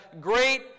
Great